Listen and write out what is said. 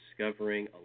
discovering